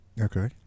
Okay